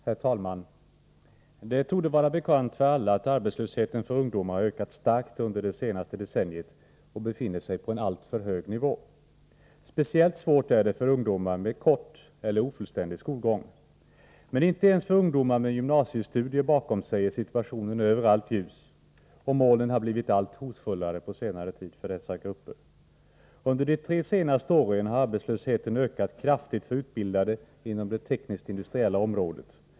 Herr talman! Det torde vara bekant för alla att arbetslösheten för ungdomar har ökat starkt under det senaste decenniet och nu befinner sig på en alltför hög nivå. Speciellt svårt är det för ungdomar med kort eller ofullständig skolgång. Men inte ens för ungdomar med gymnasiestudier bakom sig är situationen överallt ljus, och molnen har på senare tid blivit allt hotfullare. Under de tre senaste åren har arbetslösheten ökat kraftigt för utbildade inom det tekniskt-industriella området.